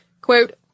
quote